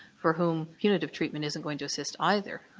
for whom punitive treatment isn't going to assist either,